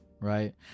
Right